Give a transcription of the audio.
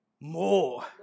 More